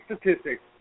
statistics